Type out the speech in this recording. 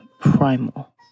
primal